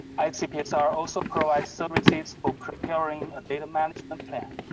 icpsr also provides services for preparing a data management plan.